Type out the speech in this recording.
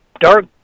dark